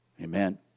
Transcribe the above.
Amen